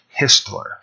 Histler